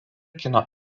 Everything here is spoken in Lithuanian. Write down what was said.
kino